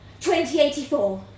2084